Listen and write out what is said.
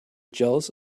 jealous